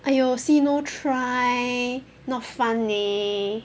!aiyo! see no try not fun leh